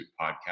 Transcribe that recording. Podcast